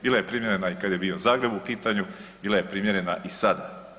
Bila je primjerena i kada je bio Zagreb u pitanju, bila je primjerena i sada.